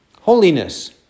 holiness